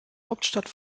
hauptstadt